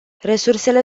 resursele